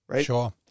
Sure